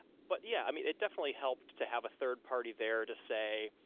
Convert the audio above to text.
but yeah, i mean it definitely helped to have a third party there to say.